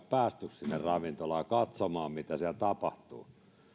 päästy sinne ravintolaan katsomaan mitä siellä tapahtuu